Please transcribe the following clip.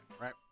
right